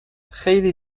خیلی